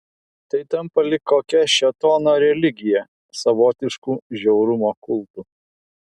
tai tampa lyg kokia šėtono religija savotišku žiaurumo kultu